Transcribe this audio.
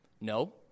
No